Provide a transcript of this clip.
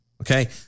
okay